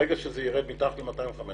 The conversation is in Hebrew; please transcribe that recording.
ברגע שזה ירד מתחת ל-215,